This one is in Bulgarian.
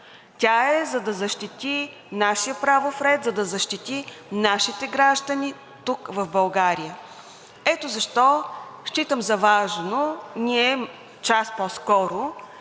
тя е, за да защити нашия правов ред, за да защити нашите граждани тук в България. Ето защо считам за важно ние час по-скоро